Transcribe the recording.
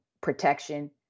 protection